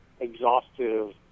exhaustive